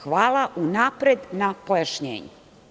Hvala unapred na pojašnjenju.